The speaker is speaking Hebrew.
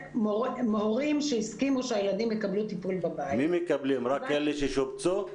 הורים שהסכימו שהילדים יקבלו טיפול בבית --- רק אלה ששובצו מקבלים?